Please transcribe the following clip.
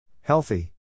Healthy